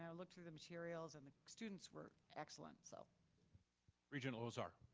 i looked to the materials and the students were excellent. so regent lozar?